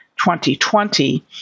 2020